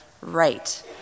right